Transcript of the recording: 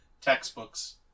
textbooks